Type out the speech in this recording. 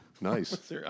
nice